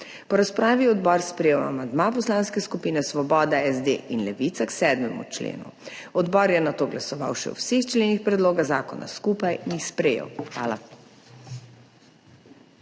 Po razpravi je odbor sprejel amandma poslanskih skupin Svoboda, SD in Levica k 7. členu. Odbor je nato glasoval še o vseh členih predloga zakona skupaj in jih sprejel. Hvala.